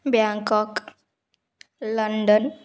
Bangkok London